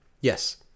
Yes